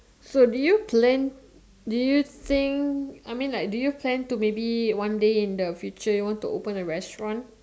so do you plan do you think I mean like do you plan to maybe one day in the future you want to open a restaurant